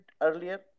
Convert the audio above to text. earlier